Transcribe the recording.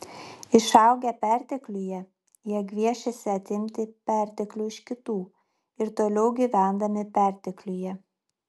išaugę pertekliuje jie gviešėsi atimti perteklių iš kitų ir toliau gyvendami pertekliuje